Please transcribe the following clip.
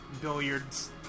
billiards